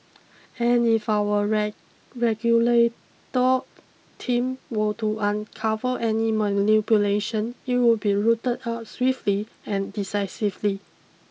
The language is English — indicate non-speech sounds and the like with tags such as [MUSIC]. and if our [UNINTELLIGIBLE] regulator team were to uncover any manipulation it would be rooted out swiftly and decisively